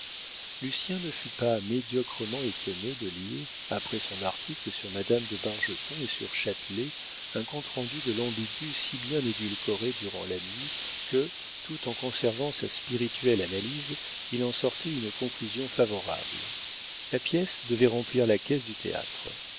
l'ambigu-comique lucien ne fut pas médiocrement étonné de lire après son article sur madame de bargeton et sur châtelet un compte-rendu de l'ambigu si bien édulcoré durant la nuit que tout en conservant sa spirituelle analyse il en sortait une conclusion favorable la pièce devait remplir la caisse du théâtre